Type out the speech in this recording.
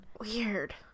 Weird